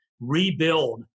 rebuild